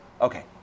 Okay